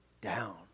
down